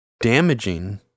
damaging